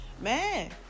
man